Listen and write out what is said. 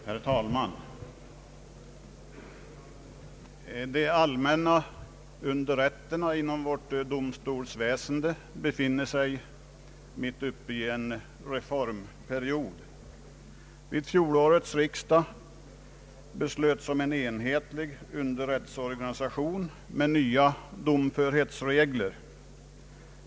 Herr talman! De allmänna underrätterna inom vårt domstolsväsende befinner sig mitt uppe i en reformperiod. Vid fjolårets riksdag beslöts om en enhetlig underrättsorganisation med nya domförhetsregler.